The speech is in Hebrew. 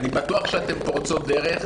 אני בטוח שאתן פורצות דרך.